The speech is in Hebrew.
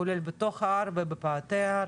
כולל בתוך ההר ובפאתי ההר.